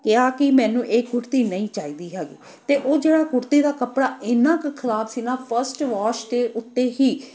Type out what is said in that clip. ਕਿਹਾ ਕਿ ਮੈਨੂੰ ਇਹ ਕੁੜਤੀ ਨਹੀਂ ਚਾਹੀਦੀ ਹੈਗੀ ਅਤੇ ਉਹ ਜਿਹੜਾ ਕੁੜਤੀ ਦਾ ਕੱਪੜਾ ਇੰਨਾ ਕੁ ਖਰਾਬ ਸੀ ਨਾ ਫਸਟ ਵੋਸ਼ ਦੇ ਉੱਤੇ ਹੀ